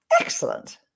Excellent